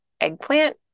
eggplant